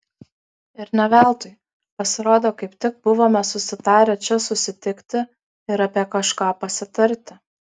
ir ne veltui pasirodo kaip tik buvome susitarę čia susitikti ir apie kažką pasitarti